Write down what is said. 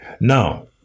Now